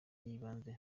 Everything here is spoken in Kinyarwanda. y’ibanze